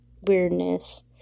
weirdness